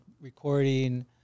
recording